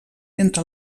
entre